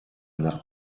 nach